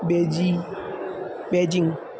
बेजि Beijing